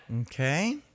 Okay